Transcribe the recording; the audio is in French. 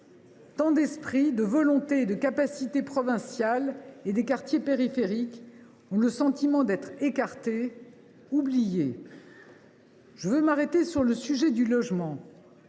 Tant d’esprits, de volontés et de capacités venant de province et des quartiers périphériques ont le sentiment d’être écartés et oubliés. « Je veux m’arrêter sur le sujet du logement.